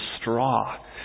straw